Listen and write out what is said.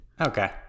Okay